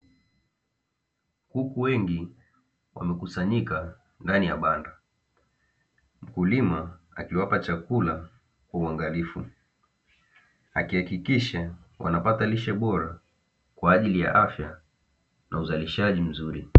Kuku wengi wamekusanyika ndani ya banda, mkulima akiwapa chakula kwa uangalifu akihakikisha wanapata lishe bora kwa ajili ya afya na uzalishaji mzuri.